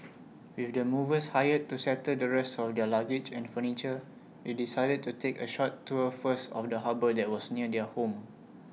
with the movers hired to settle the rest of their luggage and furniture they decided to take A short tour first of the harbour that was near their home